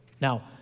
Now